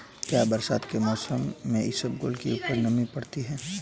क्या बरसात के मौसम में इसबगोल की उपज नमी पकड़ती है?